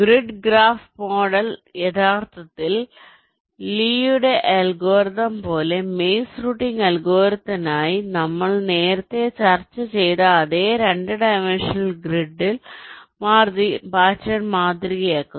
grid graph model യഥാർത്ഥത്തിൽ ലീയുടെ അൽഗോരിതംLee's algorithm പോലെ മേസ് റൂട്ടിംഗ് അൽഗോരിതത്തിനായി നമ്മൾ നേരത്തെ ചർച്ച ചെയ്ത അതേ 2 ഡൈമൻഷണൽ ഗ്രിഡ് പാറ്റേൺ മാതൃകയാക്കുന്നു